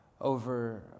over